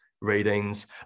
readings